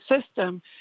system